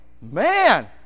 man